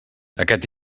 aquest